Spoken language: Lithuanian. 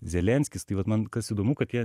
zelenskis tai vat man kas įdomu kad jie